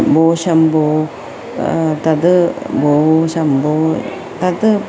भो शम्भो तद् भो शम्भो तत्